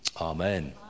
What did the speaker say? Amen